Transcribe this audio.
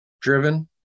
driven